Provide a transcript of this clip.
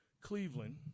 Cleveland